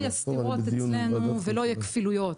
יהיו סתירות אצלנו ולא יהיו כפילויות.